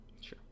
sure